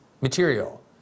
material